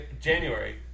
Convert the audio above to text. January